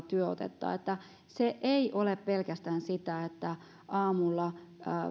työotetta se ei ole pelkästään sitä että aamulla